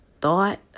thought